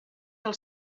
del